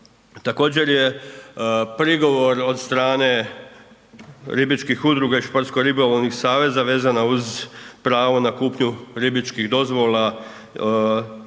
Također je prigovor od strane ribičkih udruga i športsko ribolovnih saveza vezana uz pravo na kupnju ribičkih dozvola jer